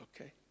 okay